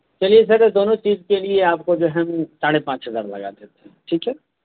چلیے سر دونوں چیز کے لیے آپ کو جو ہم ساڑھے پانچ ہزار لگا دیتے ہیں ٹھیک ہے